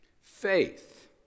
Faith